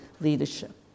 leadership